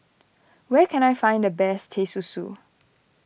where can I find the best Teh Susu